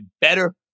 better